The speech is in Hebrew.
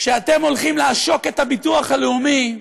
כשאתם הולכים לעשוק את הביטוח הלאומי,